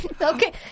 Okay